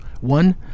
One